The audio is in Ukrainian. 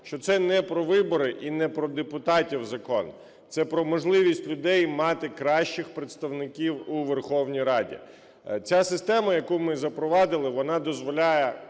що це не про вибори і не про депутатів закон – це про можливість людей мати кращих представників у Верховній Раді. Ця система, яку ми запровадили, вона дозволяє